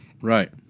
Right